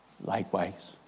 likewise